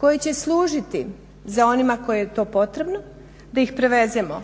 koji će služiti za one kojima je to potrebno da ih prevezemo